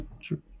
True